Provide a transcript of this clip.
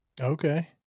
Okay